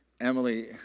Emily